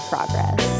Progress